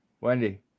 Wendy